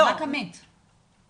רק המת זכאי.